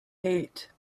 eight